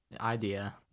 idea